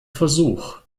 versuch